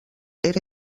era